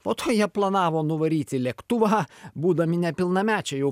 po to jie planavo nuvaryti lėktuvą būdami nepilnamečiai jau